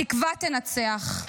התקווה תנצח.